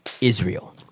Israel